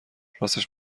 راستش